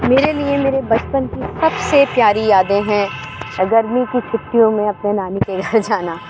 میرے لیے میرے بچپن کی سب سے پیاری یادیں ہیں گرمی کی چھٹیوں میں اپنے نانی کے گھر جانا